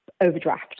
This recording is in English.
overdraft